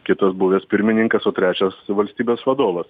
kitas buvęs pirmininkas o trečias valstybės vadovas